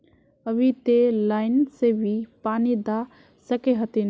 अभी ते लाइन से भी पानी दा सके हथीन?